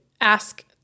ask